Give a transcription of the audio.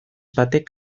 batek